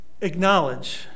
Acknowledge